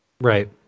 Right